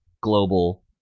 global